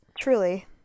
Truly